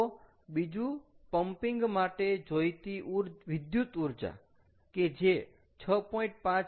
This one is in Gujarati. તો બીજું પમ્પિંગ માટે જોઈતી વિદ્યુત ઊર્જા કે જે 6